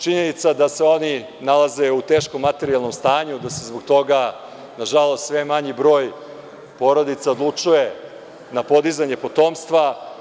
Činjenica da se oni nalaze u teškom materijalnom stanju, da se zbog toga, nažalost sve manji broj porodica odlučuje na podizanje potomstva.